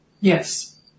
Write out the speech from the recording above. Yes